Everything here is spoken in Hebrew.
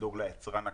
לדאוג ליצרן הקטן?